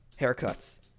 haircuts